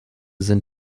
sind